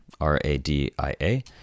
R-A-D-I-A